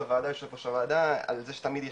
בתחילת הוועדה על זה שתמיד יש,